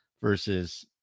versus